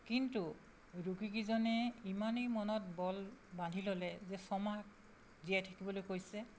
কিন্তু ৰোগীকেইজনে ইমানেই মনত বল বান্ধি ল'লে যে ছমাহ জীয়াই থাকিবলৈ কৈছে